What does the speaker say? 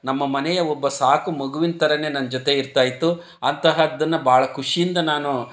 ನಮ್ಮ ಮನೆಯ ಒಬ್ಬ ಸಾಕು ಮಗುವಿನ ಥರನೆ ನನ್ನ ಜೊತೆ ಇರ್ತಾ ಇತ್ತು ಅಂತಹದ್ದನ್ನು ಭಾಳ ಖುಷಿಯಿಂದ ನಾನು